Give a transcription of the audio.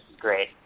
great